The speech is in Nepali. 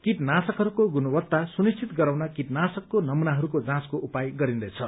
कीटनाशकहस्को गुणवत्ता सुनिश्चित गराउन कीटनाशकको नमूनाहरूको जाँचको उपाय गरिन्दैछ